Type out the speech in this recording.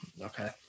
Okay